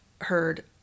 heard